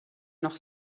noch